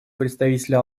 представителя